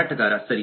ಮಾರಾಟಗಾರ ಸರಿ